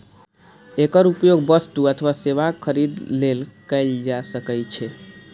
एकर उपयोग वस्तु अथवा सेवाक खरीद लेल कैल जा सकै छै